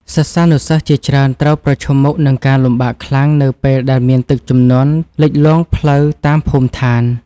សិស្សានុសិស្សជាច្រើនត្រូវប្រឈមមុខនឹងការលំបាកខ្លាំង នៅពេលដែលមានទឹកជំនន់លិចលង់ផ្លូវតាមភូមិឋាន។